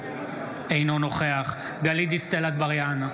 אינו נוכח גלית דיסטל אטבריאן,